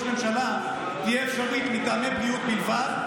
ממשלה תהיה אפשרית מטעמי בריאות בלבד,